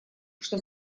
что